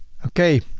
okay.